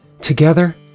Together